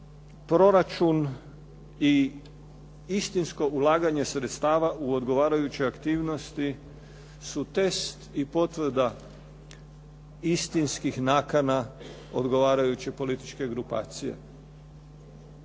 proračun i istinsko ulaganje sredstava u odgovarajuće aktivnosti su test i potvrdu istinskih naknada odgovarajuće političke grupacije.